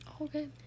okay